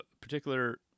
particular